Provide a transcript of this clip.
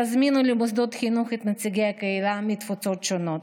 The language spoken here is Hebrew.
תזמינו למוסדות החינוך את נציגי הקהילה מהתפוצות השונות.